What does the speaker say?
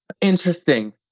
Interesting